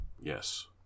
yes